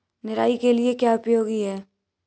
निराई के लिए क्या उपयोगी है?